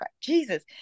Jesus